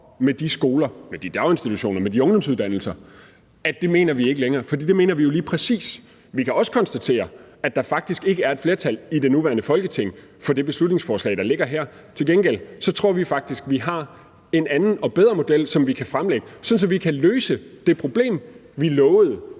med de skoler, med de daginstitutioner og med de ungdomsuddannelser, for det mener vi jo lige præcis. Vi kan også konstatere, at der faktisk ikke er et flertal i det nuværende Folketing for det beslutningsforslag, der ligger her. Til gengæld tror vi faktisk, vi har en anden og bedre model, som vi kan fremlægge, sådan at vi kan løse det problem, vi inden